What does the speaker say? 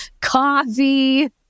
coffee